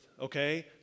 okay